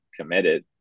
committed